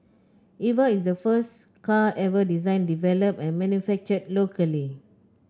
Eva is the first car ever designed developed and manufactured locally